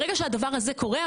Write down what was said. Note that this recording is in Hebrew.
ברגע שהדבר הזה קורה,